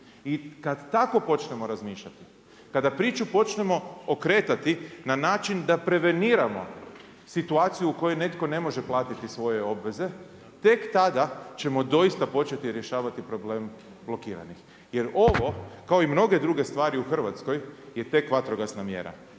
I kad tako počnemo razmišljati, kada priču počnemo okretati, na način da preveniramo situaciju u kojoj netko ne može platiti svoje obaveze, tek tada ćemo doista početi rješavati problem blokiranih, jer ovo, kao i mnoge druge stvari u Hrvatskoj je tek vatrogasna mjera